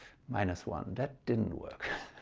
minus one. that didn't work